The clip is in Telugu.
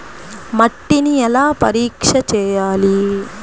మట్టిని ఎలా పరీక్ష చేయాలి?